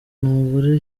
umugore